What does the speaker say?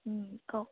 কওক